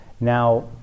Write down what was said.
now